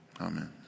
amen